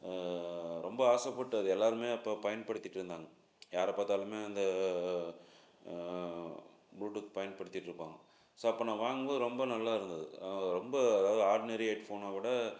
ரொம்ப ஆசைப்பட்டு அது எல்லோருமே அப்போ பயன்படுத்திட்டு இருந்தாங்க யாரை பார்த்தாலுமே அந்த ப்ளூடூத் பயன்படுத்திட்டு இருப்பாங்க ஸோ அப்போ நான் வாங்கும்போது ரொம்ப நல்லா இருந்தது ரொம்ப அதாவது ஆர்ட்னரி ஹெட்ஃபோனை விட